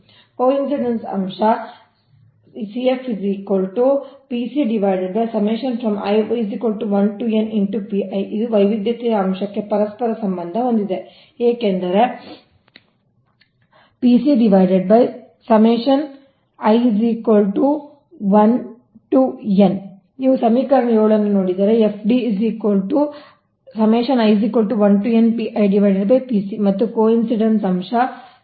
coincidence ಅಂಶ ಇದು ವೈವಿಧ್ಯತೆಯ ಅಂಶಕ್ಕೆ ಪರಸ್ಪರ ಸಂಬಂಧ ಹೊಂದಿದೆ ಏಕೆಂದರೆ ನೀವು ಸಮೀಕರಣ 7 ಅನ್ನು ನೋಡಿದರೆ ಮತ್ತು ಕೋಇನ್ಸಿಡೆನ್ಸ್ ಅಂಶ ಆಗಿರುತ್ತದೆ